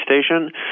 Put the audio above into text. station